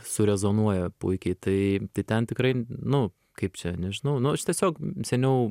surezonuoja puikiai tai tai ten tikrai nu kaip čia nežinau nu aš tiesiog seniau